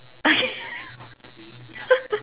okay